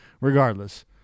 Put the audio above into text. Regardless